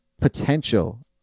potential